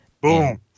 boom